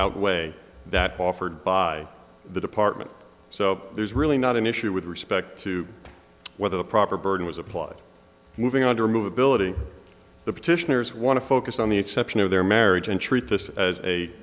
outweigh that offered by the department so there's really not an issue with respect to whether the proper burden was applied moving under movability the petitioners want to focus on the exception of their marriage and treat this as a